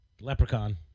leprechaun